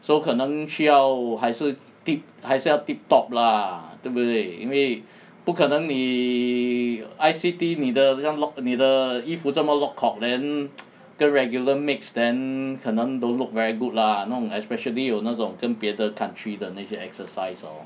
so 可能需要还是 tip 还是要 tip top lah 对不对因为不可能你 I_C_T 你的这样 lok 你的衣服这么 lok kok then 跟 regular mix then 可能 don't look very good lah 那种 especially 有那种跟别的 country 的那些 exercise hor